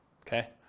Okay